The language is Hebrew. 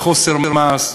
חוסר מעש.